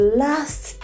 last